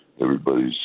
everybody's